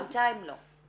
בינתיים לא.